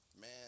man